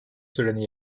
töreni